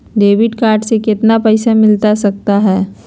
Debit card से कितने पैसे मिलना सकता हैं?